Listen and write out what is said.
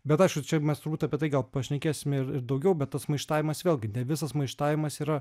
bet aišku čia mes turbūt apie tai gal pašnekėsime ir ir daugiau bet tas maištavimas vėlgi ne visas maištavimas yra